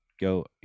Go